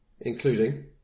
Including